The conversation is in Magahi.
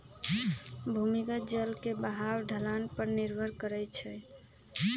भूमिगत जल के बहाव ढलान पर निर्भर करई छई